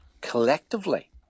collectively